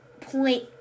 point